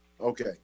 Okay